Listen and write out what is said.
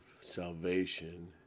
salvation